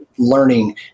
learning